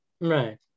Right